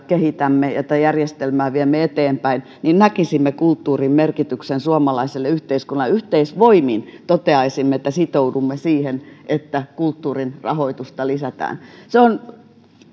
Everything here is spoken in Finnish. kehitämme ja tätä järjestelmää viemme eteenpäin näkisimme kulttuurin merkityksen suomalaiselle yhteiskunnalle yhteisvoimin toteaisimme että sitoudumme siihen että kulttuurin rahoitusta lisätään se on